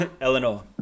Eleanor